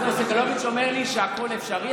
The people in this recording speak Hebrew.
אז סגלוביץ' אומר לי שהכול אפשרי,